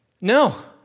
no